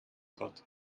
hot